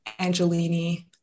Angelini